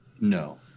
No